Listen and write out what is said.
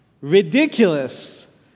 Ridiculous